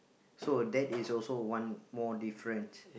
so that is also one more difference